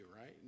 right